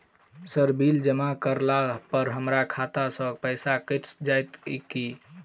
Sir bill जमा करला पर हमरा खाता सऽ पैसा कैट जाइत ई की?